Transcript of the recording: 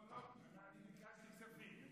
אני ביקשתי כספים.